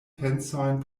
pensojn